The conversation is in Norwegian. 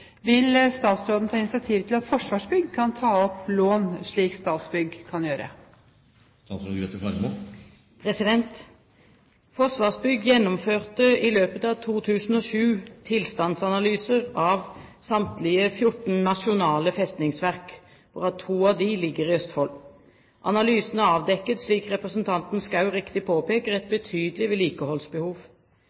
Vil statsråden ta initiativ til at Forsvarsbygg kan ta opp lån slik Statsbygg kan gjøre?» Forsvarsbygg gjennomførte i løpet av 2007 tilstandsanalyser av samtlige 14 nasjonale festningsverk, hvorav to ligger i Østfold. Analysene avdekket, slik representanten Schou riktig påpeker, et betydelig vedlikeholdsbehov.